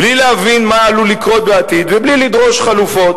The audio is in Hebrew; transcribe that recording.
בלי להבין מה עלול לקרות בעתיד ובלי לדרוש חלופות.